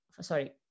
Sorry